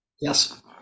Yes